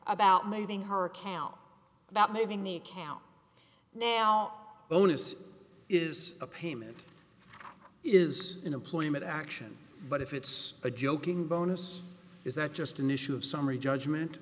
about moving her account about moving the account now bonus is a payment is in employment action but if it's a joking bonus is that just an issue of summary judgment